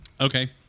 okay